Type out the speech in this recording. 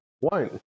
One